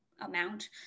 amount